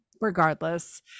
Regardless